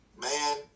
man